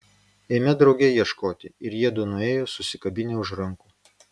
eime drauge ieškoti ir jiedu nuėjo susikabinę už rankų